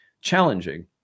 challenging